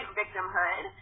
victimhood